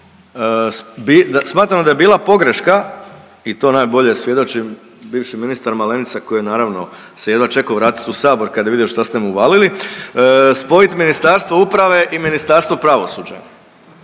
smatram da je bila pogreška i to najbolje svjedočim bivši ministar Malenica koji naravno se jedva čekao vratit u Sabor kad je vidio šta ste mu uvalili, spojit Ministarstvo uprave i Ministarstvo pravosuđe.